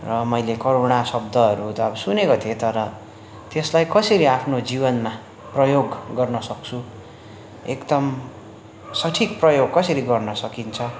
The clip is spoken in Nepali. र मैले करुणा शब्दहरू त सुनेको थिएँ तर त्यसलाई कसरी आफ्नो जीवनमा प्रयोग गर्नुसक्छु एकदम सठिक प्रयोग कसरी गर्न सकिन्छ